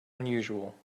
unusual